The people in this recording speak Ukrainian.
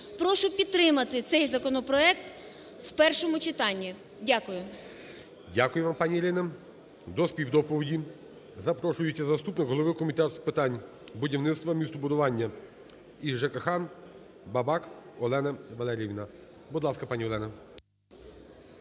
Прошу підтримати цей законопроект в першому читанні. Дякую. ГОЛОВУЮЧИЙ. Дякую вам, пані Ірина. До співдоповіді запрошується заступник голови Комітету з питань будівництва, містобудування і ЖКГ Бабак Олена Валеріївна. Будь ласка, пані Олена.